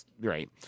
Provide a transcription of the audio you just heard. right